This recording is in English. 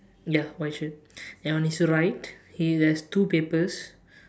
ya white shirt and on his right he has two papers